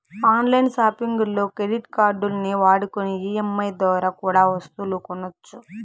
on line సాపింగుల్లో credit కార్డుల్ని వాడుకొని ఈ.ఎం.ఐ దోరా కూడా ఒస్తువులు కొనొచ్చు